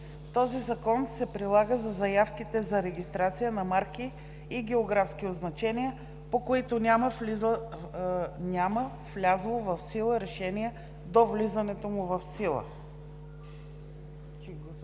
Този закон се прилага за заявките за регистрация на марки и географски означения, по които няма влязло в сила решение до влизането му в сила.